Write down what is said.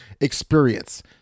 experience